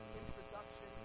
introduction